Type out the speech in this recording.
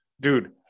Dude